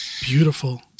Beautiful